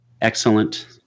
excellent